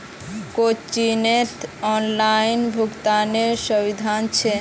कोचिंगत ऑनलाइन भुक्तानेरो सुविधा छेक